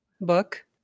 book